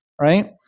right